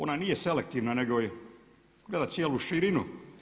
Ona nije selektivna nego gleda cijelu širinu.